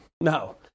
no